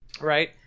right